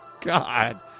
God